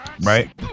Right